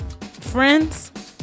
Friends